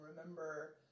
remember